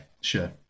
sure